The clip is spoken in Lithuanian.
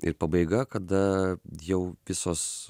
ir pabaiga kada jau visos